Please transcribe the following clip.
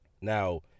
Now